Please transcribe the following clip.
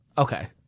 Okay